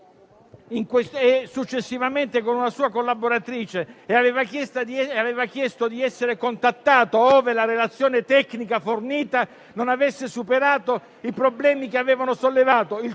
successivamente, con una sua collaboratrice, chiedendo di essere contattato, ove la relazione tecnica fornita non avesse superato i problemi che avevano sollevato,